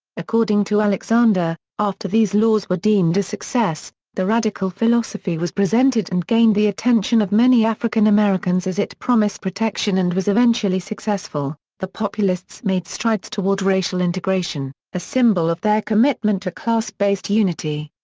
according to alexander, after these laws were deemed a success, the radical philosophy was presented and gained the attention of many african americans as it promised protection protection and was eventually successful, the populists made strides toward racial integration, a symbol of their commitment to class-based unity.